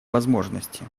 возможности